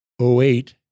08